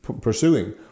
pursuing